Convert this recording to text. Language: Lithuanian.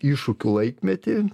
iššūkių laikmetį